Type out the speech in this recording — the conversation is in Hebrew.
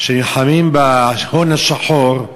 שנלחמים בהון השחור,